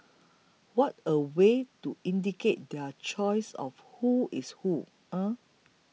what a way to indicate their choice of who's who eh